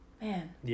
Man